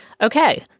Okay